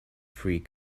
free